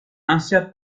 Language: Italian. ansia